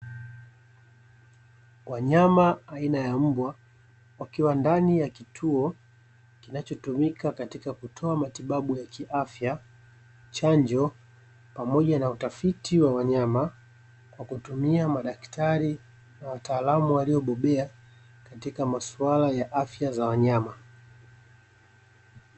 Wanyama aina ya mbwa wakiwa ndani ya kituo kinachotumika katika kutoa matibabu ya kiafya, chanjo pamoja na utafiti wa wanyama kwa kutumia madaktari na wataalamu waliobobea katika masuala ya afya za wanyama.